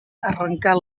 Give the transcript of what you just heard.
arrencar